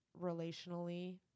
relationally